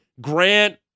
Grant